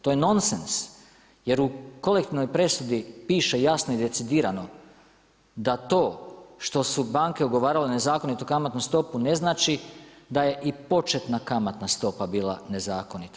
To je nonsens, jer u kolektivnoj presudi piše jasno i decidirano da to što su banke ugovarale nezakonitu kamatnu stopu ne znači da je i početna kamatna stopa bila nezakonita.